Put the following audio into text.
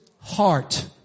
heart